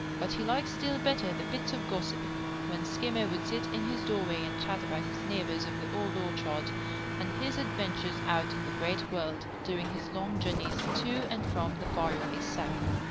but he liked still better the bits of gossip when skimmer would sit in his doorway and chat about his neighbors of the old orchard and his adventures out in the great world during his long journeys to and from the far-away south.